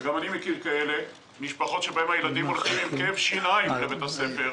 גם אני מכיר משפחות שבהן הילדים הולכים עם כאב שיניים לבית הספר,